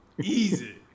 Easy